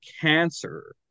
cancer